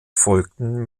folgten